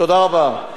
תודה רבה.